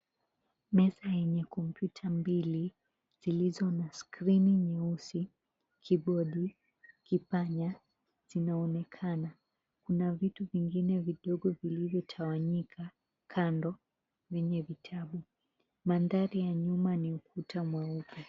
Meza yenye kompyuta mbili zilizo na skrini nyeusi, kibodi, kipanya zinaonekana. Kuna vitu vingine vidogo vilivyotawanyika kando venye vitabu. Mandhari ya nyuma ni ukuta mweupe.